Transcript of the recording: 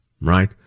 right